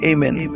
Amen